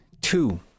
two